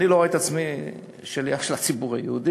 אני לא רואה את עצמי שליח של הציבור היהודי,